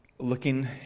looking